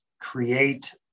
create